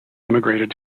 emigrated